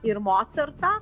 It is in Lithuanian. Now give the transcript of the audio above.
ir mocarto